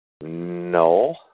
no